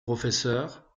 professeur